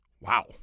Wow